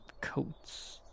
coats